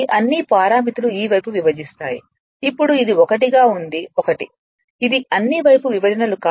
ఈ అన్ని పారామితులు ఈ వైపు విభజిస్తాయి ఇప్పుడు అది 1 గా ఉంది 1 ఇది అన్ని వైపు విభజన లు